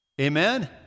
Amen